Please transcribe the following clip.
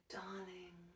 darling